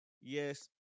yes